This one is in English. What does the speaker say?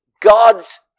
God's